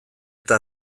eta